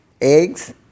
eggs